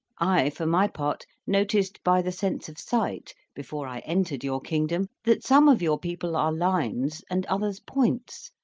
i for my part noticed by the sense of sight, before i entered your kingdom, that some of your people are lines and others points,